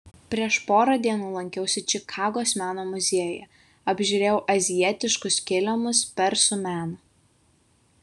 prieš porą dienų lankiausi čikagos meno muziejuje apžiūrėjau azijietiškus kilimus persų meną